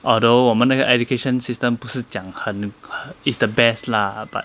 although 我们那个 education system 不是讲很 is the best lah but